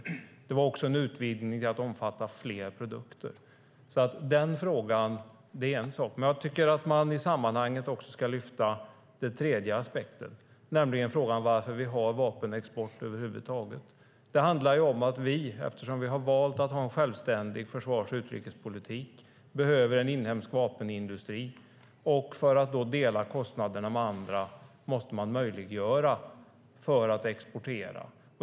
Det innebar också en utvidgning så att fler produkter omfattas. Jag tycker att man i sammanhanget ska lyfta fram aspekter på det tredje området, nämligen varför vi har vapenexport över huvud taget. Det handlar om att vi, eftersom vi har valt att ha en självständig försvars och utrikespolitik, behöver en inhemsk vapenindustri. För att då dela kostnaderna med andra måste man möjliggöra för export.